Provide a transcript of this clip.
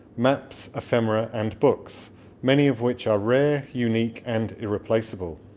maps, ephemera and books many of which are rare, unique and irreplaceable